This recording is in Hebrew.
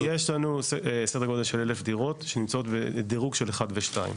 היום יש לנו סדר גודל של 1,000 דירות שנמצאות בדירוג של 1 ו-2.